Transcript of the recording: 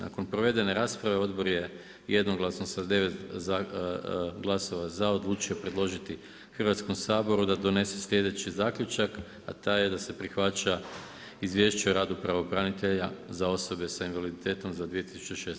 Nakon provedene rasprave odbor je jednoglasno sa 9 glasova za odlučio predložiti Hrvatskom saboru da donese sljedeći zaključak, a taj da se prihvaća Izvješće o radu pravobranitelja za osobe s invaliditetom za 2016. godinu.